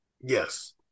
yes